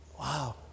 Wow